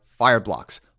Fireblocks